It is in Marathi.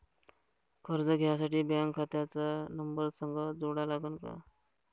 कर्ज घ्यासाठी बँक खात्याचा नंबर संग जोडा लागन का?